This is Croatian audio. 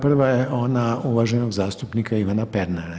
Prva je ona uvaženog zastupnika Ivana Pernara.